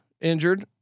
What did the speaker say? injured